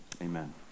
amen